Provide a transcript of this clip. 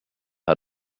how